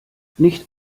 nicht